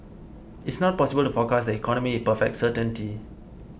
it's not possible to forecast the economy in perfect certainty